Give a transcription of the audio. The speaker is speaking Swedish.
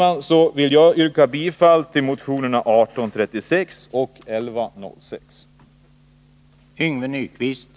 Med detta vill jag yrka bifall till motionerna 1836 och 1106.